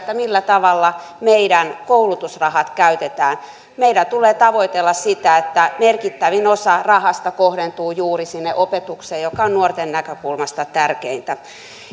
millä tavalla meidän koulutusrahat käytetään meidän tulee tavoitella sitä että merkittävin osa rahasta kohdentuu juuri sinne opetukseen joka on nuorten näkökulmasta tärkeintä